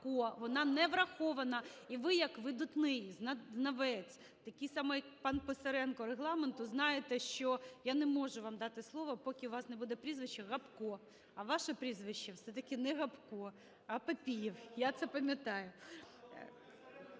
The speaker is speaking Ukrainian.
Вона не врахована. І ви як видатний знавець, такий самий, як пан Писаренко, Регламенту, знаєте, що я не можу вам дати слово, поки у вас не буде прізвище Гопко. А ваше прізвище все-таки не Гопко, а Папієв, я це пам'ятаю.